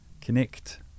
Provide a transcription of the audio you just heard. connect